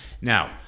now